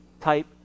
type